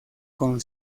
con